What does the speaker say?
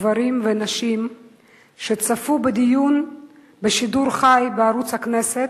גברים ונשים שצפו בדיון בשידור חי בערוץ הכנסת,